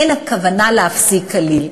אין הכוונה להפסיק כליל.